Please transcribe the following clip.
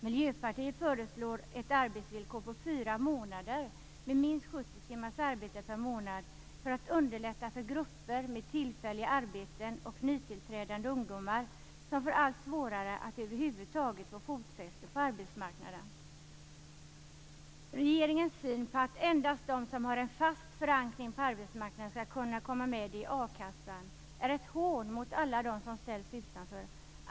Miljöpartiet föreslår ett arbetsvillkor på fyra månader med minst 70 timmars arbete per månad för att underlätta för grupper med tillfälliga arbeten och nytillträdande ungdomar som får allt svårare att över huvud taget få fotfäste på arbetsmarknaden. Regeringens syn att endast de som har en fast förankring på arbetsmarknaden skall kunna komma med i a-kassan är ett hån mot alla dem som ställs utanför.